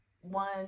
one